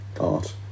art